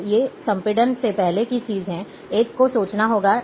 तो ये संपीड़न से पहले की चीजें हैं एक को सोचना होगा